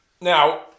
Now